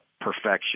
perfection